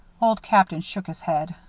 old captain shook his head.